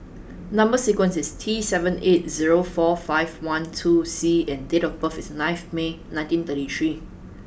number sequence is T seven eight zero four five one two C and date of birth is ninth May nineteen thirty three